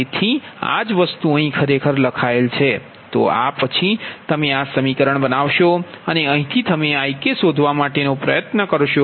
તેથી આ જ વસ્તુ અહી ખરેખર લખાયેલ છે તો આ પછી તમે આ સમીકરણ બનાવશો અને અહીંથી તમે Ik શોધવા માટે નો પ્ર્યત્ન કરશો